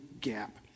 gap